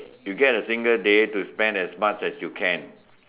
you can get a single day to spend as much as you can